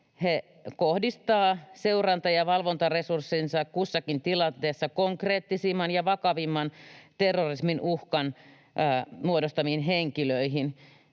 he kohdistavat seuranta- ja valvontaresurssinsa kussakin tilanteessa konkreettisimman ja vakavimman terrorismin uhkan muodostaviin henkilöihin